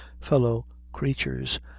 fellow-creatures